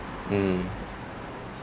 mm